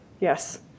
Yes